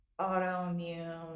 autoimmune